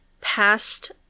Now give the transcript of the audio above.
past